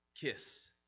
Kiss